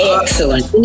excellent